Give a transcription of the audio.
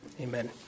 Amen